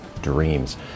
dreams